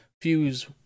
fuse